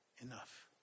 enough